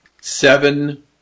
seven